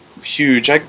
Huge